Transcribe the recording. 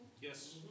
Yes